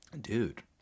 dude